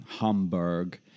Hamburg